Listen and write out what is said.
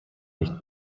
nicht